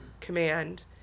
command